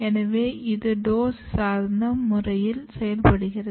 எனவே இது டோஸ் சார்ந்த முறையில் செயல்படுகிறது